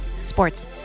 Sports